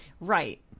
right